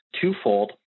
twofold